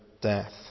death